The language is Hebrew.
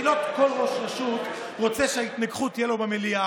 כי לא כל ראש רשות רוצה שתהיה לו התנגחות במליאה,